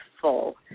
full